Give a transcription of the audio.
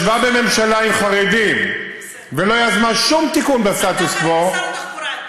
ישבה בממשלה עם חרדים ולא יזמה שום תיקון בסטטוס קוו,